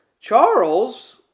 Charles